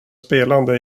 spelande